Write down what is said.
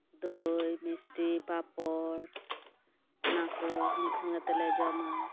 ᱫᱚᱭ ᱢᱤᱥᱴᱤ ᱯᱟᱯᱚᱲ ᱚᱱᱟ ᱠᱚ ᱢᱤᱫ ᱥᱚᱸᱜᱮ ᱛᱮᱞᱮ ᱡᱚᱢᱟ